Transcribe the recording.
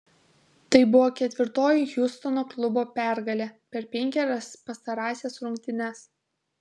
tai buvo ketvirtoji hjustono klubo pergalė per penkerias pastarąsias rungtynes